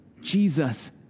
Jesus